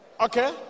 Okay